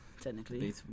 technically